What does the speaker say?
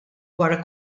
wara